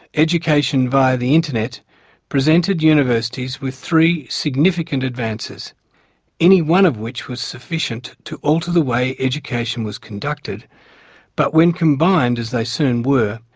education via the internet presented universities with three significant advances any one of which was sufficient to alter the way education was conducted but when combined as they soon were,